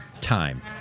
time